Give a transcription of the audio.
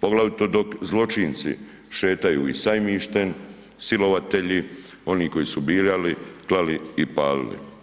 poglavito dok zločinci šetaju i sajmištem, silovatelji, oni koji su, ... klali i palili.